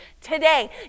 today